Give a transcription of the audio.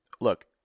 Look